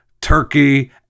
Turkey